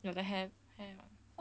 有个 have